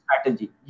strategy